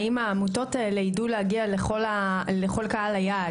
האם העמותות האלה ידעו להגיע לכל קהל היעד.